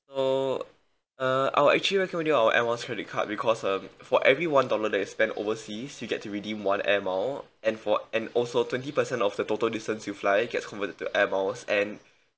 so uh I'll actually recommend you our air miles credit card because um for every one dollar that you spent overseas you get to redeem one air miles and for and also twenty percent of the total distance you fly gets coverted into air miles and